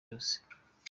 yose